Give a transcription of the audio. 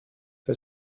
für